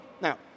Now